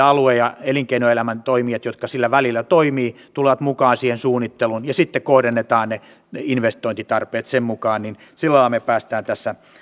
alue ja elinkeinoelämän toimijat jotka sillä välillä toimivat tulevat mukaan siihen suunnitteluun ja sitten kohdennetaan ne ne investointitarpeet sen mukaan niin silloinhan me pääsemme tässä